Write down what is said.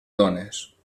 dones